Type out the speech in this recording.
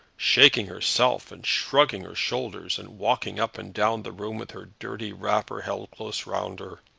shaking herself and shrugging her shoulders, and walking up and down the room with her dirty wrapper held close round her.